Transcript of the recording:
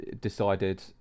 decided